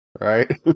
right